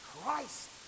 Christ